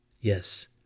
Yes